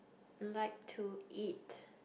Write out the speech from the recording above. like to eat